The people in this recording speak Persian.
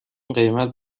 قیمت